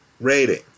rating